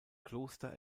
kloster